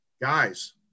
guys